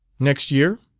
next year?